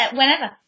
Whenever